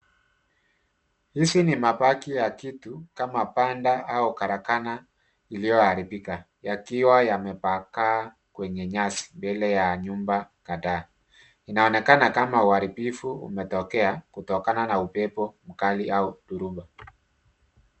Hizi ni mabaki ya kitu kama panda au karakana iliyoharibika yakiwa yamepakaa kwenye nyasi mbele ya nyumba na ndani. Inaonekana kama uharibibu umetokea kutokana na upepo mkali au dhuruba.